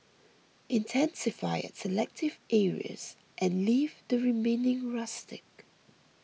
intensify at selective areas and leave the remaining rustic